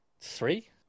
three